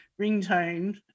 ringtone